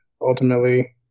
ultimately